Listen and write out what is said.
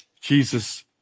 Jesus